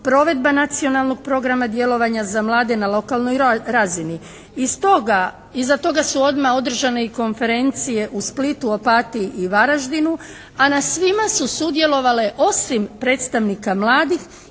"Provedba nacionalnog programa djelovanja za mlade na lokalnoj razini". I stoga, iza toga su odmah održane i konferencije u Splitu, Opatiji i Varaždinu a na svima su sudjelovale osim predstavnika mladih